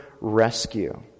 rescue